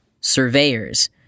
Surveyors